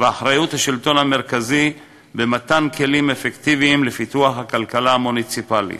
ואחריות השלטון המרכזי במתן כלים אפקטיביים לפיתוח הכלכלה המוניציפלית.